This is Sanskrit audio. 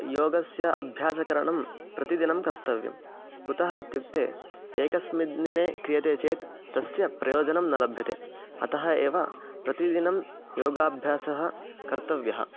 योगस्य अभ्यासकरणं प्रतिदिनं कर्तव्यं कुतः इत्युक्ते एकस्मिन् दिने क्रियते चेत् तस्य प्रयोजनं न लभ्यते अतः एव प्रतिदिनं योगाभ्यासः कर्तव्यः